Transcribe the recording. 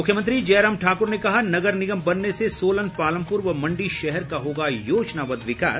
मुख्यमंत्री जयराम ठाकुर ने कहा नगर निगम बनने से सोलन पालमपुर व मंडी शहर का होगा योजनाबद्ध विकास